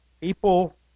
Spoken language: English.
People